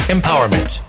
Empowerment